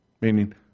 meaning